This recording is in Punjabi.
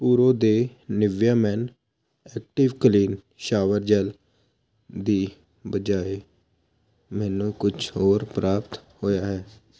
ਪੁਰੋ ਦੇ Nivea men active clean shower gel ਦੀ ਬਜਾਏ ਮੈਨੂੰ ਕੁਛ ਹੋਰ ਪ੍ਰਾਪਤ ਹੋਇਆ ਹੈ